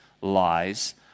lies